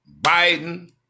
Biden